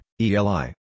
Eli